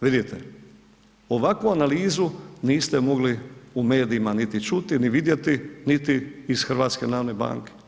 Vidite, ovakvu analizu niste mogli u medijima niti čuti ni vidjeti, niti iz HNB-a.